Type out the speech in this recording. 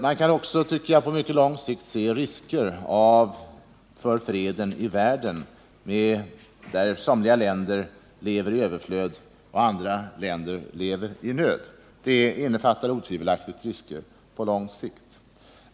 Jag kan också, tycker jag, på mycket lång sikt se risker för freden i världen på grund av att somliga länder lever i överflöd, medan andra länder lever i nöd. Det innefattar otvivelaktigt risker på lång sikt.